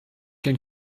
can